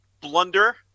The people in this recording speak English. Blunder